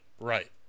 Right